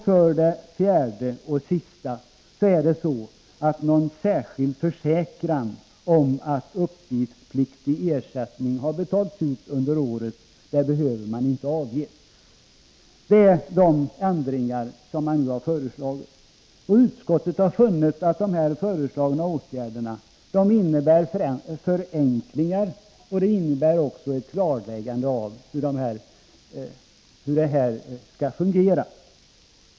För det fjärde behöver man inte avge någon särskild försäkran om att uppgiftspliktig ersättning inte har betalats ut under året. Utskottet har funnit att de föreslagna åtgärderna innebär förenklingar och även ett klarläggande av hur det skall fungera.